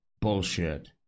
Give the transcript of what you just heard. Bullshit